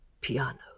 piano